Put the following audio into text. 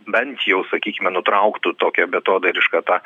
bent jau sakykime nutrauktų tokią beatodairišką tą